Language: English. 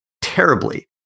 terribly